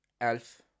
Elf